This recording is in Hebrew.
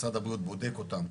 משרד הבריאות בודק אותם,